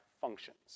functions